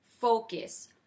focus